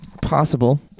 Possible